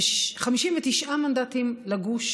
ו-59 מנדטים לגוש